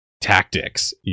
Tactics